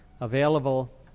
available